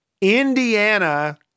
Indiana